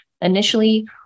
Initially